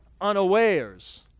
unawares